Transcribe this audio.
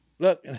Look